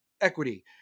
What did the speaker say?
equity